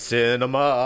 Cinema